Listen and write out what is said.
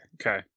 Okay